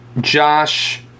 Josh